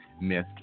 Miss